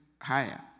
higher